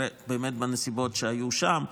בנסיבות שהיו שם,